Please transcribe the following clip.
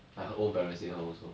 like her own parents say her also